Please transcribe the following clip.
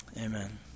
Amen